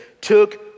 took